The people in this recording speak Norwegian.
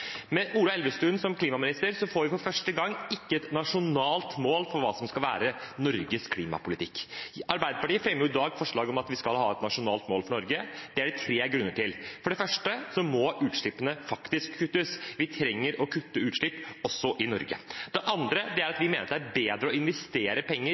Med Ola Elvestuen som klimaminister får vi for første gang ikke et nasjonalt mål for hva som skal være Norges klimapolitikk. Arbeiderpartiet fremmer i dag forslag om at vi skal ha et nasjonalt mål for Norge. Det er det tre grunner til. For det første må utslippene faktisk kuttes – vi trenger å kutte utslipp også i Norge. Det andre er at vi mener det er bedre å investere penger